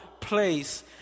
place